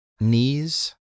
knees